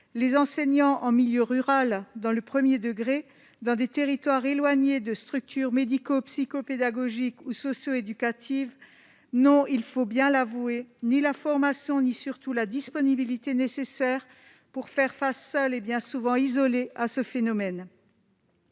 les enseignants en milieu rural, dans le 1er degré dans des territoires éloignés de structures médico-psycho- pédagogique ou socio-éducative, non, il faut bien l'avouer, ni la formation ni surtout la disponibilité nécessaire pour faire face seul et bien souvent isolées à ce phénomène.